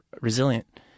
resilient